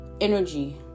energy